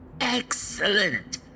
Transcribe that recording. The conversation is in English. Excellent